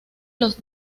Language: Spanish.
los